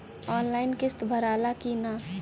Online किस्त भराला कि ना?